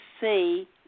see